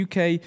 UK